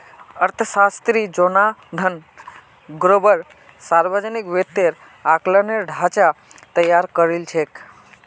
अर्थशास्त्री Jonathan Gruber सावर्जनिक वित्तेर आँकलनेर ढाँचा तैयार करील छेक